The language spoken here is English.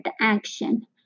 action